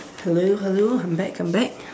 hello hello I'm back I'm back